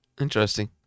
Interesting